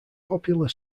popular